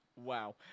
Wow